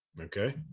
Okay